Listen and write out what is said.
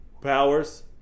Powers